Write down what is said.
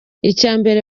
icyambere